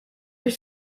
your